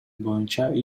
боюнча